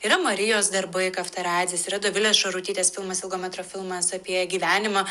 yra marijos darbai kavtaradzės yra dovilės šarutytės filmas ilgo metro filmas apie gyvenimą